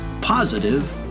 Positive